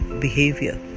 behavior